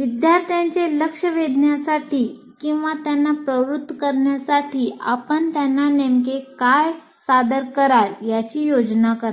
विद्यार्थ्यांचे लक्ष वेधण्यासाठी किंवा त्यांना प्रवृत्त करण्यासाठी आपण त्यांना नेमके काय सादर कराल याची योजना करा